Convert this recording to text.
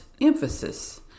emphasis